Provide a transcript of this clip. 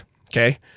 okay